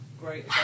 great